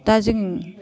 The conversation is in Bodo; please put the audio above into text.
दा जों